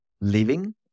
living